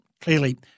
clearly